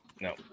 No